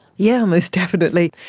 yeah most definitely.